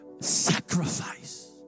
Sacrifice